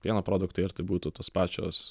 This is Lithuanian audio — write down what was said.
pieno produktai ar tai būtų tos pačios